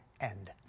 end